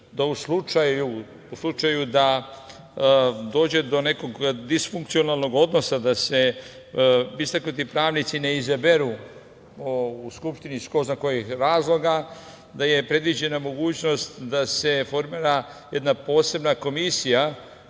da u slučaju dođe do nekog disfunkcionalnog odnosa, da se istaknuti pravnici ne izaberu u Skupštini iz ko zna kojeg razloga, da je predviđena mogućnost da se formira jedna posebna komisija